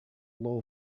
low